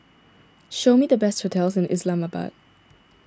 show me the best hotels in Islamabad